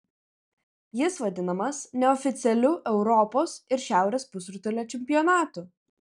jis vadinamas neoficialiu europos ir šiaurės pusrutulio čempionatu